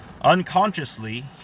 Unconsciously